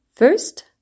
First